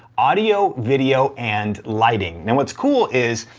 audio, video and lighting. now, what's cool is,